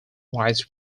rights